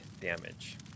damage